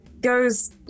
goes